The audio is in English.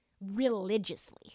religiously